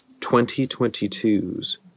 2022's